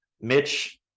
Mitch